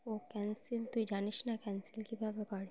ও cancel তুই জানিস না ক্যান্সেল কীভাবে করে